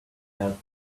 out